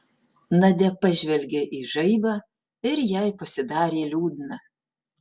nadia pažvelgė į žaibą ir jai pasidarė liūdna